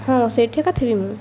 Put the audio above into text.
ହଁ ସେଇଠି ଏକା ଥିବି ମୁଁ